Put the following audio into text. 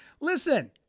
Listen